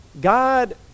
God